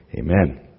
Amen